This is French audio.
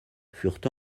furent